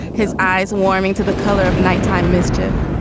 his eyes warming to the color of nighttime mischief.